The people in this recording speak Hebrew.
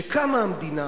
שקמה המדינה,